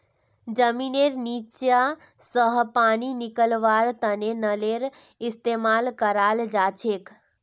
जमींनेर नीचा स पानी निकलव्वार तने नलेर इस्तेमाल कराल जाछेक